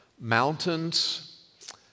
mountains